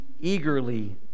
eagerly